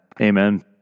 Amen